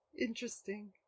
interesting